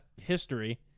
history